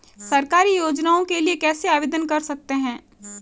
सरकारी योजनाओं के लिए कैसे आवेदन कर सकते हैं?